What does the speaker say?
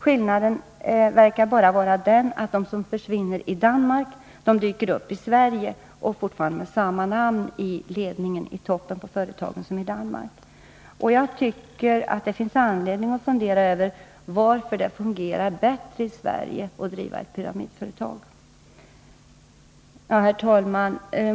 Skillnaden verkar bara vara att de som ”försvinner” i Danmark dyker upp i Sverige, men med samma namn i ledningen som i Danmark. Jag tycker det finns anledning att fundera över varför det fungerar bättre att driva pyramidföretag i Sverige. Herr talman!